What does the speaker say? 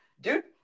Dude